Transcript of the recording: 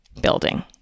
building